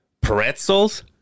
pretzels